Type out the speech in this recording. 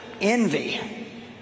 envy